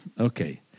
Okay